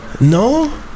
No